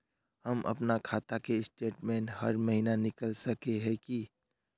हम अपना खाता के स्टेटमेंट हर महीना निकल सके है की?